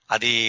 Adi